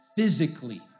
Physically